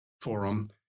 forum